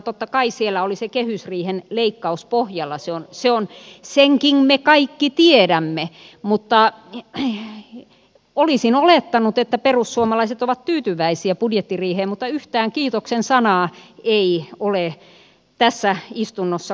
totta kai siellä oli se kehysriihen leikkaus pohjalla senkin me kaikki tiedämme mutta olisin olettanut että perussuomalaiset ovat tyytyväisiä budjettiriiheen mutta yhtään kiitoksen sanaa ei ole tässä istunnossa kuulunut